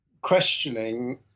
questioning